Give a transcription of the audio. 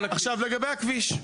לגבי הכביש,